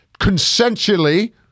consensually